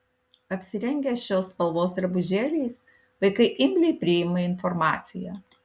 apsirengę šios spalvos drabužėliais vaikai imliai priima informaciją